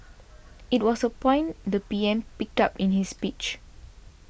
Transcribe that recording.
it was a point the P M picked up in his speech